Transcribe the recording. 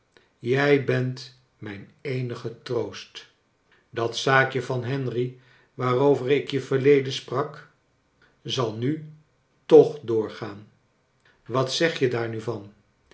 jij bent mijn eenige troost dat zaakje van henry waarover ik je verleden sprak zal nu toch doorgaan wat zeg je daar nu van